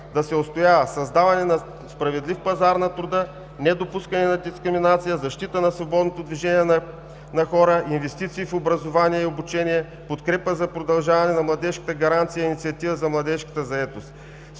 да се отстоява създаване на справедлив пазар на труда, недопускане на дискриминация, защита на свободното движение на хора, инвестиции в образование и обучение, подкрепа за продължавана на младежката гаранция за „Инициатива за младежката заетост“,